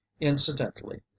Incidentally